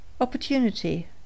Opportunity